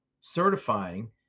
certifying